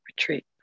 retreat